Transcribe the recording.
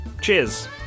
cheers